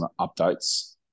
updates